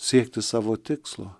siekti savo tikslo